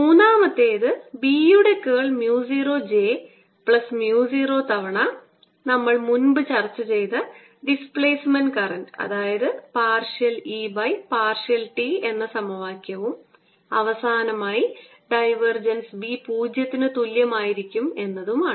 മൂന്നാമത്തേത് B യുടെ curl mu 0 j plus mu 0 തവണ നമ്മൾ മുൻപ് ചർച്ചചെയ്ത ഡിസ്പ്ലേസ്മെൻറ് കറൻറ് അതായത് partial E by partial t എന്ന സമവാക്യവും അവസാനമായി ഡൈവർജൻസ് B പൂജ്യത്തിന് തുല്യമായിരിക്കും എന്നതുമാണ്